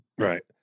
Right